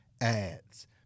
ads